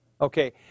Okay